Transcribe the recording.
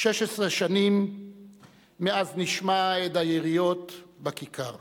16 שנים מאז נשמע הד היריות בכיכר,